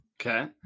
Okay